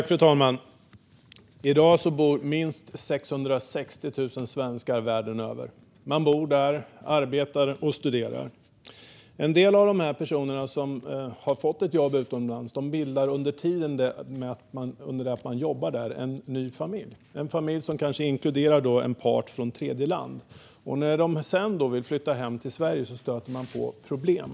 Fru talman! I dag bor minst 660 000 svenskar världen över. Man bor, arbetar och studerar där. En del av de personer som har fått jobb utomlands bildar under tiden familj där. Det kan vara en familj som inkluderar en part från tredjeland. När de sedan vill flytta hem till Sverige stöter de på problem.